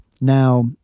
Now